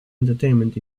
entertainment